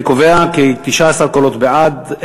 אני קובע כי 19 קולות בעד,